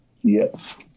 Yes